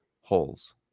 Holes